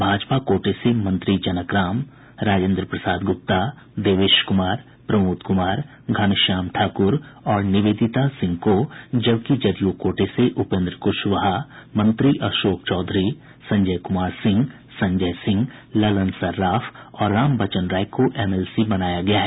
भाजपा कोटे से मंत्री जनक राम राजेन्द्र प्रसाद ग्रुप्ता देवेश क्मार प्रमोद कुमार घनश्याम ठाकुर और निवेदिता सिंह को जबकि जदयू कोटे से उपेन्द्र कुशवाहा मंत्री अशोक चौधरी संजय कुमार सिंह संजय सिंह ललन सर्राफ और रामवचन राय को एमएलसी बनाया गया है